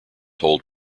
hold